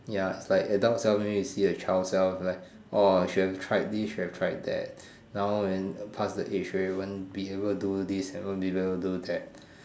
ya its like adult self maybe you see the child self like orh should have tried this should have tried that now then pass the age already won't be able to do this won't be able to do that